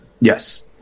Yes